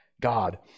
God